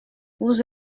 vous